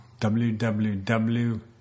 www